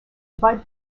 budd